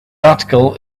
article